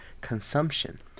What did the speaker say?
consumption